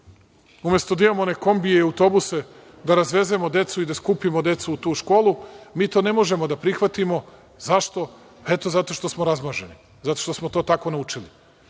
Umesto da imamo kombije i autobuse da razvezemo decu i da skupimo decu u tu školu, mi to ne možemo da prihvatimo. Zašto? Eto zato što smo razmaženi. Zato što smo to tako naučili.